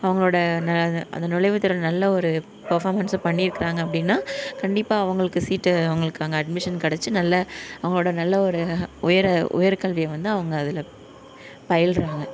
அவங்களோட அந்த நுழைவுத்திறன் நல்ல ஒரு பர்ஃபாமன்ஸை பண்ணிருக்கிறாங்க அப்படினா கண்டிப்பாக அவங்களுக்கு சீட்டு அவங்களுக்கு அங்கே அட்மிஷன் கிடச்சி நல்ல அவங்களோட நல்ல ஒரு உயர் உயர்கல்வியை வந்து அவங்க அதில் பயில்கிறாங்க